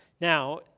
Now